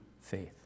faith